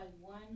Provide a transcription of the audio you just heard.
one